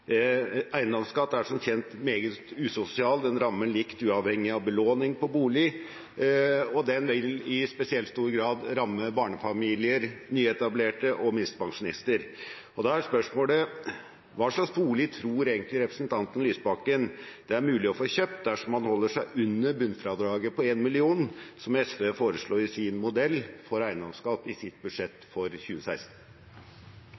eiendomsskatt. Eiendomsskatten er som kjent meget usosial. Den rammer likt uavhengig av belåning på bolig, og den vil i spesielt stor grad ramme barnefamilier, nyetablerte og minstepensjonister. Da er spørsmålet: Hva slags bolig tror egentlig representanten Lysbakken det er mulig å få kjøpt dersom man holder seg under bunnfradraget på 1 mill. kr, som SV foreslo i sin modell for eiendomsskatt i sitt